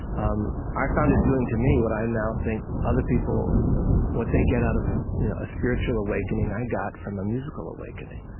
um i found it doing to me what i now think other people what they get out of you know a spiritual awakening, i got from a musical awakening.